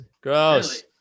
Gross